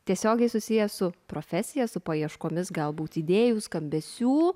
tiesiogiai susijęs su profesija su paieškomis galbūt idėjų skambesių